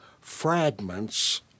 fragments